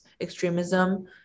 extremism